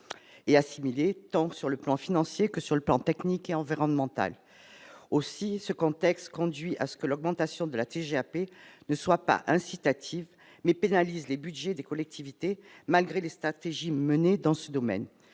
et assimilés, tant sur le plan financier que sur le plan technique et environnementale aussi ce contexte conduit à ce que l'augmentation de la TGAP ne soit pas incitative mais pénalise les Budgets des collectivités malgré les stratégies menées dans ce domaine